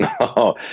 no